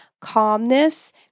calmness